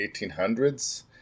1800s